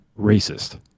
racist